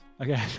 Okay